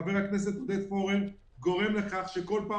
חבר הכנסת עודד פורר גורם לכך שבכל פעם